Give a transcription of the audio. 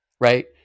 right